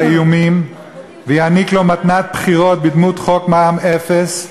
לאיומים ויעניק לו מתנת בחירות בדמות חוק מע"מ אפס,